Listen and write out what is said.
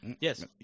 Yes